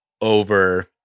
over